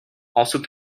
also